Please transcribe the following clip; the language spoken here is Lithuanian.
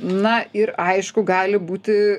na ir aišku gali būti